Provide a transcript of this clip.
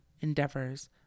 endeavors